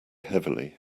heavily